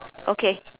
okay